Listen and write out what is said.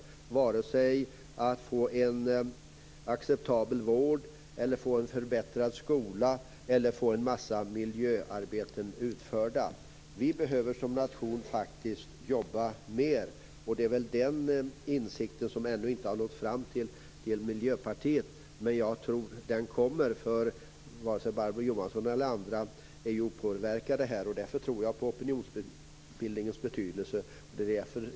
Det gäller arbete för att få en acceptabel vård eller en förbättrad skola eller för att få en massa miljöuppgifter utförda. Vi behöver som nation faktiskt jobba mer, men det är en insikt som väl ännu inte har nått fram till Miljöpartiet. Jag tror dock att den kommer. Varken Barbro Johansson eller andra här är opåverkbara, och jag tror på opinionsbildningens betydelse.